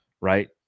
Right